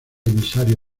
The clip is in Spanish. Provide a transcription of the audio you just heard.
emisario